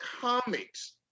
Comics